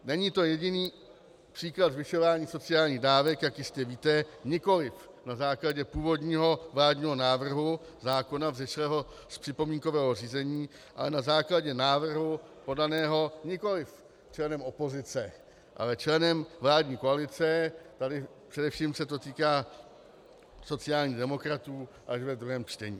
Není to jediný příklad zvyšování sociálních dávek, jak jistě víte, nikoli na základě původního vládního návrhu zákona vzešlého z připomínkového řízení a na základě návrhu podaného nikoli členem opozice, ale členem vládní koalice, týká se to především sociálních demokratů, až ve druhém čtení.